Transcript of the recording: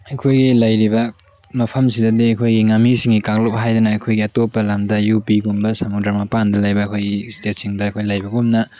ꯑꯩꯈꯣꯏꯒꯤ ꯂꯩꯔꯤꯕ ꯃꯐꯝꯁꯤꯗꯗꯤ ꯑꯩꯈꯣꯏꯒꯤ ꯉꯥꯃꯤꯁꯤꯡꯒꯤ ꯀꯥꯡꯂꯨꯞ ꯍꯥꯏꯗꯅ ꯑꯩꯈꯣꯏꯒꯤ ꯑꯇꯣꯞꯄ ꯂꯝꯗ ꯌꯨꯄꯤꯒꯨꯝꯕ ꯁꯃꯨꯗ꯭ꯔꯥ ꯃꯄꯥꯟꯗ ꯂꯩꯕ ꯑꯩꯈꯣꯏꯒꯤ ꯁ꯭ꯇꯦꯠꯁꯤꯡꯗ ꯑꯩꯈꯣꯏ ꯂꯩꯕꯒꯨꯝꯅ